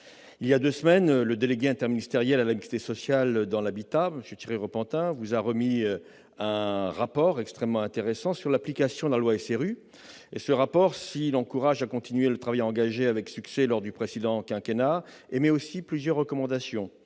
Il y a deux semaines, le délégué interministériel à la mixité sociale dans l'habitat, M. Thierry Repentin, vous a remis un rapport extrêmement intéressant sur l'application de la loi SRU. Si, dans son rapport, le délégué interministériel encourage à poursuivre le travail engagé avec succès lors du précédent quinquennat, il émet aussi plusieurs recommandations.